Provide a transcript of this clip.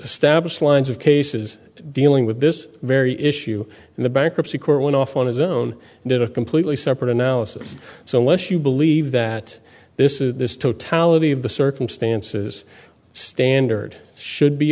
establish lines of cases dealing with this very issue in the bankruptcy court went off on his own did a completely separate analysis so let's you believe that this is the totality of the circumstances standard should be